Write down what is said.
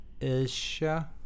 Asia